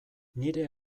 nire